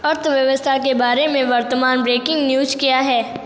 अर्थव्यवस्था के बारे में वर्तमान ब्रेकिंग न्यूज क्या है